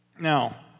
Now